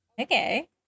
Okay